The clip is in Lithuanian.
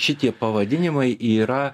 šitie pavadinimai yra